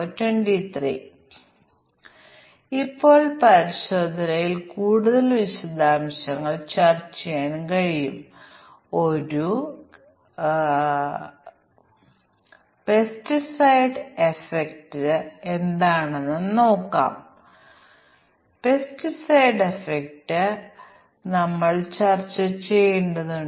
അടുത്ത ഘട്ടത്തിൽ ഞങ്ങൾ മൂന്നാമത്തെ പാരാമീറ്റർ എടുക്കുകയും ബദലായി QWERTY 12 കീ QWERTY 12 കീ മുതലായവ എഴുതുകയും തുടർന്ന് കൂടുതൽ വേരിയബിളുകൾ ഇവിടെ ചേർക്കുകയും ചെയ്യാം പക്ഷേ നമ്മൾ ഉറപ്പുവരുത്തേണ്ടതുണ്ട്